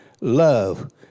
love